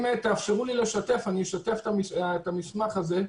אם תאפשרו לי אני אשתף את המסמך הזה,